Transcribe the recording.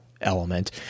element